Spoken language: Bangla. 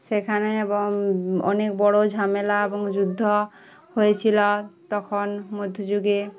সেখানে এবং অনেক বড়ো ঝামেলা এবং যুদ্ধ হয়েছিলো তখন মধ্যযুগে